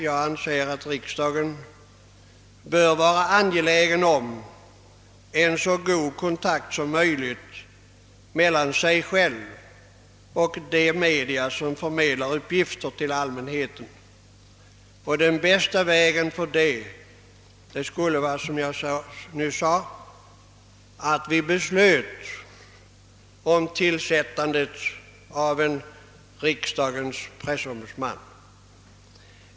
Jag anser alltså att riksdagen bör vara mån om så god kontakt som möjligt mellan sig själv och de media som förmedlar uppgifter till allmänheten, och det bästa skulle således enligt min mening vara att vi beslutar tillsättandet av en riksdagens pressombudsman.